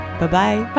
Bye-bye